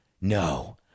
No